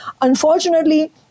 Unfortunately